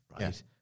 right